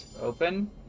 open